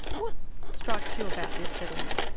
what strikes you about this settlement?